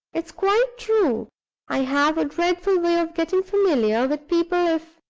it's quite true i have a dreadful way of getting familiar with people, if